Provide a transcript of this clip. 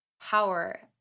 power